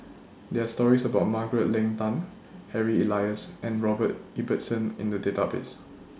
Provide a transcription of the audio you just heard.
There Are stories about Margaret Leng Tan Harry Elias and Robert Ibbetson in The Database